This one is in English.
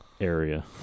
area